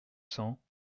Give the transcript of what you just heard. cents